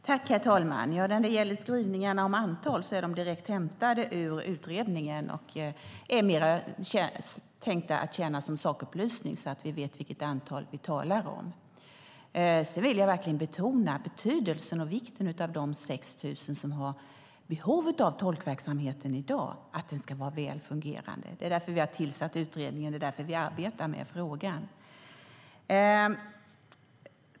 Herr talman! Skrivningarna om antal är direkt hämtade ur utredningen och är mer tänkta att tjäna som sakupplysning så att vi vet vilket antal vi talar om. Sedan vill jag verkligen betona vikten av de 6 000 som har behov av en väl fungerande tolkverksamhet i dag. Det är därför vi har tillsatt utredningen, och det är därför vi arbetar med frågan.